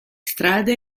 strada